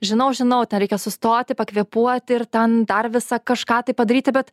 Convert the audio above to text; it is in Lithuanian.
žinau žinau ten reikia sustoti pakvėpuoti ir ten dar visą kažką tai padaryti bet